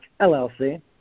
llc